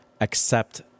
accept